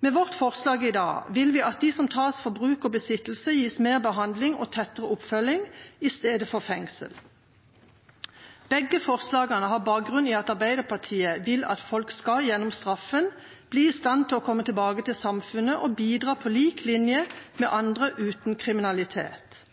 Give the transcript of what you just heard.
Med vårt forslag i dag vil vi at de som tas for bruk og besittelse, gis mer behandling og tettere oppfølging i stedet for fengsel. Begge forslagene har bakgrunn i at Arbeiderpartiet vil at folk gjennom straffen skal bli i stand til å komme tilbake til samfunnet og bidra på lik linje med andre – uten kriminalitet.